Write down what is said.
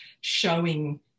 showing